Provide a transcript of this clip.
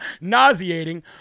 nauseating